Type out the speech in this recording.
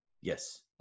Yes